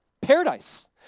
paradise